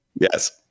Yes